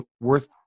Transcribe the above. worth